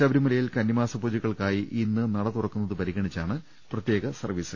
ശബരിമലയിൽ കുന്നിമാസ പൂജ കൾക്കായി ഇന്ന് നട തുറക്കുന്നത് പരിഗണിച്ചാണ് പ്രത്യേക സർവ്വീസ്